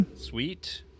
Sweet